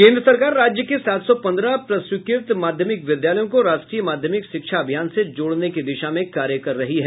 केन्द्र सरकार राज्य के सात सौ पन्द्रह प्रस्वीकृत माध्यमिक विद्यालयों को राष्ट्रीय माध्यमिक शिक्षा अभियान से जोड़ने की दिशा में कार्य कर रही है